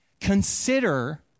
Consider